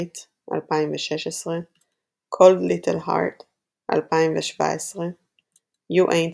- 2016 2017 - Cold Little Heart 2019 - You Ain't